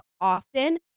often